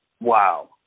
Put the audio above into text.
Wow